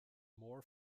more